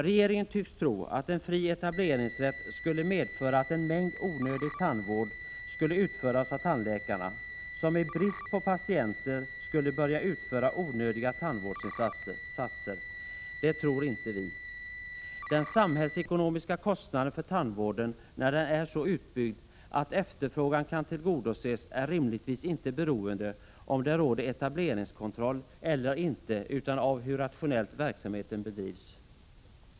Regeringen tycks tro att en fri etableringsrätt skulle medföra att en mängd onödig tandvård skulle utföras av tandläkarna, som i brist på patienter skulle börja utföra onödiga tandvårdsinsatser. Det tror inte vi. Den samhällsekonomiska kostnaden för tandvården, när den är så utbyggd att efterfrågan kan tillgodoses, är rimligtvis inte beroende av om det råder etableringskontroll eller inte utan av hur rationellt verksamheten bedrivs.